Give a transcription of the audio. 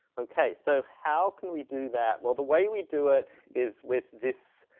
okay. so how can we do that? well, the way we do it is with this